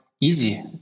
easy